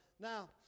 Now